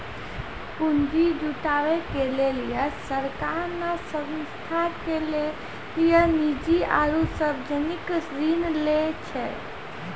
पुन्जी जुटावे के लेली सरकार ने संस्था के लेली निजी आरू सर्वजनिक ऋण लै छै